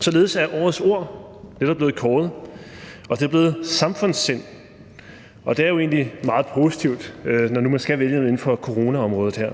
Således er årets ord netop blevet kåret, og det blev samfundssind, og det er jo egentlig meget positivt, når nu man skal vælge noget inden for coronaområdet